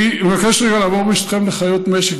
אני מבקש רגע לעבור, ברשותכם, לחיות משק.